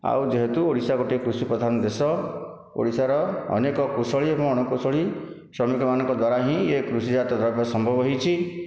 ଆଉ ଯେହେତୁ ଓଡ଼ିଶା ଗୋଟିଏ କୃଷି ପ୍ରଧାନ ଦେଶ ଓଡ଼ିଶାର ଅନେକ କୁଶଳୀ ଏବଂ ଅଣ କୁଶଳୀ ଶ୍ରମିକମାନଙ୍କ ଦ୍ଵାରା ହିଁ ଇଏ କୃଷି ଜାତ ଦ୍ରବ୍ୟ ସମ୍ଭବ ହୋଇଛି